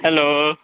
hello